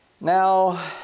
Now